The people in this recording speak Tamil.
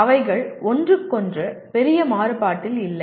அவைகள் ஒன்றுக்கொன்று பெரிய மாறுபாட்டில் இல்லை